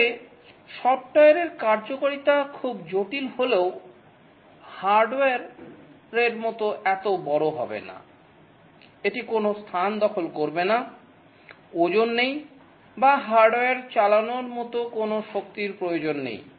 তবে সফটওয়্যারের কার্যকারিতা খুব জটিল হলেও হার্ডওয়্যার মতো এত বড় হবে না এটি কোনও স্থান দখল করে না ওজন নেই বা হার্ডওয়্যার চালানোর মতো কোনো শক্তির প্রয়োজন নেই